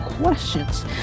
questions